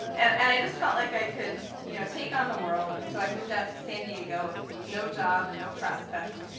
and and i just felt like i could, you know, take on the world. and so i moved out to san diego with with no job and no prospects,